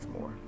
more